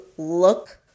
look